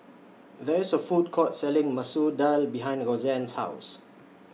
There IS A Food Court Selling Masoor Dal behind Rozanne's House